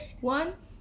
One